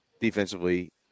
defensively